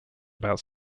about